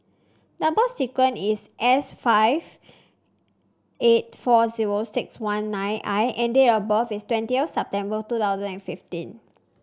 number sequence is S five eight four zero six one nine I and date of birth is twentieth September two thousand and fifty